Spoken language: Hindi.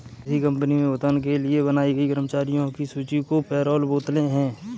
किसी कंपनी मे भुगतान के लिए बनाई गई कर्मचारियों की सूची को पैरोल बोलते हैं